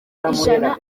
ijana